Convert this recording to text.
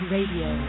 Radio